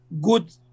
good